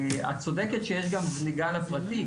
את צודקת שיש גם זליגה לפרטי,